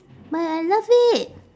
but I love it